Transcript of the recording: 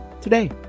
today